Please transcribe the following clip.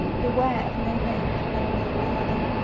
beware of no lake and no larder.